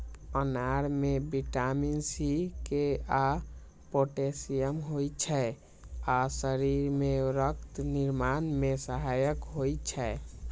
अनार मे vitamin C, K आ पोटेशियम होइ छै आ शरीर मे रक्त निर्माण मे सहायक होइ छै